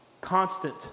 constant